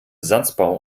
satzbau